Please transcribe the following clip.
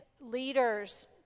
leaders